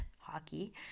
hockey